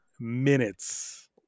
minutes